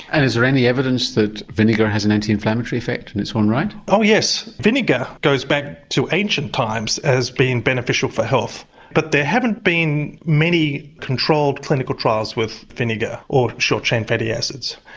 and is there any evidence that vinegar has an anti-inflammatory effect in its own right? oh yes, vinegar goes back to ancient times as being beneficial for health but there haven't been many controlled clinical trials with vinegar or short-chain fatty acids.